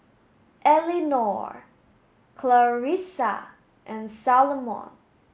Elenore Clarisa and Salomon